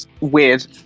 weird